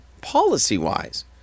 policy-wise